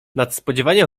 nadspodziewanie